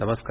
नमस्कार